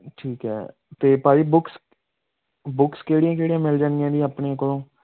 ਠੀਕ ਹੈ ਅਤੇ ਭਾਅ ਜੀ ਬੁੱਕਸ ਬੁੱਕਸ ਕਿਹੜੀਆਂ ਕਿਹੜੀਆਂ ਮਿਲ ਜਾਣਗੀਆਂ ਜੀ ਆਪਣੇ ਕੋਲੋਂ